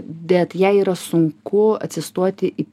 bet jai yra sunku atsistoti į